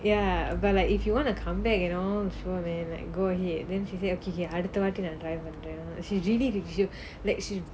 ya but like if you wanna come back and all sure man like go ahead then she say okay okay அடுத்த வாட்டி:adhutha vaati try நான் பண்றேன்:naan pandraen she really like she